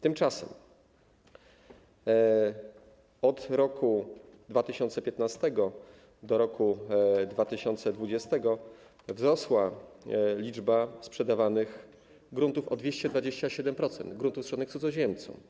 Tymczasem od roku 2015 do roku 2020 wzrosła liczba sprzedawanych gruntów o 227%, gruntów sprzedanych cudzoziemcom.